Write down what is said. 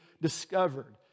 discovered